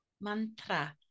Mantra